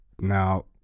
Now